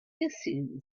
hissing